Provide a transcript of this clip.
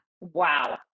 wow